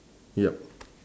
yup